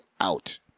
out